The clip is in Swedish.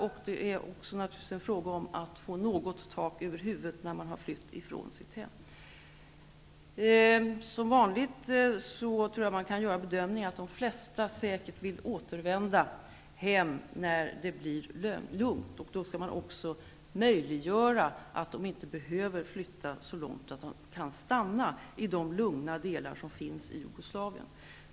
Dessutom är det naturligtvis nödvändigt att få någon form av tak över huvudet, när man har flytt från sitt hem. Som vanligt kan man göra den bedömningen att de flesta säkert vill återvända hem när läget blir lugnt. Då skall man möjliggöra så att de inte behöver flytta så långt. Det är önskvärt att de kan stanna i de lugna delarna av Jugoslavien.